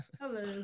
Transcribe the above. Hello